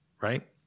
right